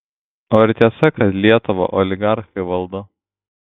o ar tiesa kad lietuvą oligarchai valdo